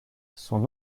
son